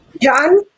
John